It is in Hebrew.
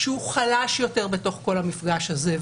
שהוא חלש יותר במפגש הזה,